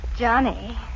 Johnny